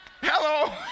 Hello